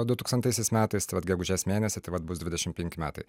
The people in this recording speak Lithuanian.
dutūkstantaisiais metais tai vat gegužės mėnesį tai vat bus dvidešimt penki metai